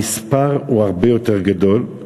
המספר הזה הרבה יותר גדול,